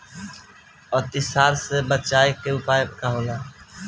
अतिसार से बचाव के उपाय का होला?